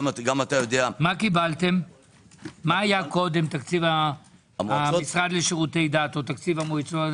מה היה קודם תקציב המשרד, ומה היום?